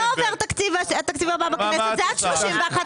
ונניח שלא עובר התקציב הבא בכנסת, זה עד 31 במרץ.